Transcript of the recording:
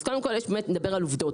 אז קודם כול באמת נדבר על עובדות.